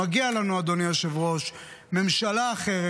מגיעה לנו, אדוני היושב-ראש, ממשלה אחרת.